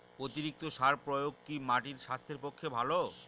অতিরিক্ত সার প্রয়োগ কি মাটির স্বাস্থ্যের পক্ষে ভালো?